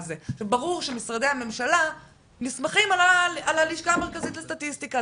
וברור שמשרדי הממשלה נסמכים על הלשכה המרכזית לסטטיסטיקה,